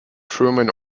truman